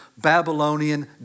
Babylonian